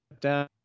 down